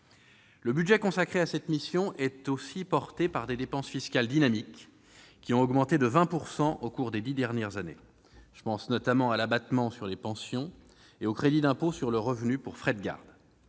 Le budget consacré à cette mission est aussi porté par des dépenses fiscales dynamiques, qui ont augmenté de 20 % au cours des dix dernières années. Je pense notamment à l'abattement sur les pensions et au crédit d'impôt sur le revenu pour frais de garde.